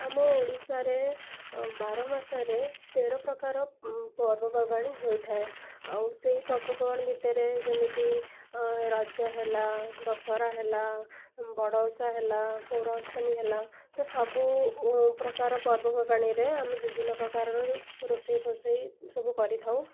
ଆମ ଓଡ଼ିଶାରେ ବାର ମାସରେ ତେର ପ୍ରକାର ପର୍ବପର୍ବାଣି ହୋଇଥାଏ ଆଉ ସେଇ ପର୍ବପର୍ବାଣୀ ଭିତରେ ଯେମିତି ରଜ ହେଲା ଦଶହରା ହେଲା ବଡ଼ ଓଷା ହେଲା ପୋଢ଼ୁହାଁ ଅଷ୍ଟମୀ ହେଲା ତ ସବୁ ପ୍ରକାର ପର୍ବପର୍ବାଣୀରେ ଆମେ ବିଭିନ୍ନ ପ୍ରକାରର ରୋଷେଇ ଫୋଷେଇ ସବୁ କରିଥାଉ